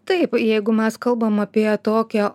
taip jeigu mes kalbam apie tokią